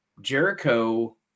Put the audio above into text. Jericho